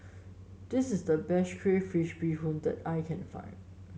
this is the best Crayfish Beehoon that I can find